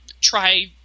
try